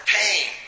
pain